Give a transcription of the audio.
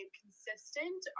consistent